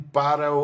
para